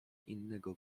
innego